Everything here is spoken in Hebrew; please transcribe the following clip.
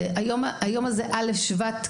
היום הזה א' שבט,